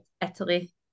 Italy